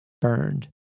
burned